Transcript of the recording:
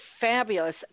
fabulous